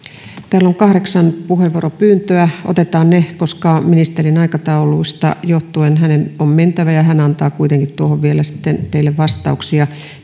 täällä on kahdeksan puheenvuoropyyntöä otetaan ne koska ministerin aikatauluista johtuen hänen on mentävä ja hän antaa kuitenkin tuohon vielä sitten teille vastauksia